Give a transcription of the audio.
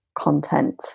content